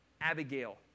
Abigail